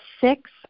six